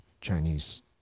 Chinese